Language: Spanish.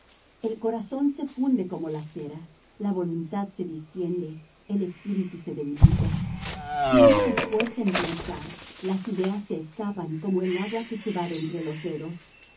el corazón se funde como la cera la voluntad se distiende el espíritu se debilita si uno se esfuerza en pensar las ideas se escapan como el agua que se va de entre los dedos